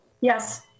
Yes